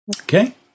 Okay